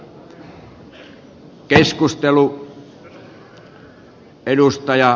arvoisa puhemies